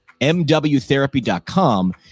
MWtherapy.com